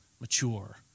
mature